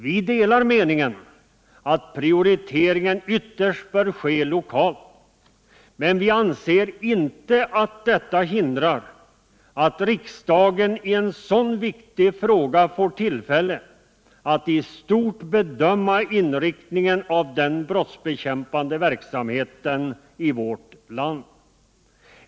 Vi delar meningen att prioriteringen ytterst bör ske lokalt, men vi anser inte att detta hindrar att riksdagen i en så viktig fråga får tillfälle att i stort bedöma inriktningen av den brottsbekämpande verksamheten i vårt land.